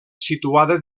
situada